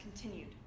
continued